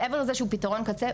מעבר לזה שהוא פתרון קצה,